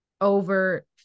over